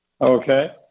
Okay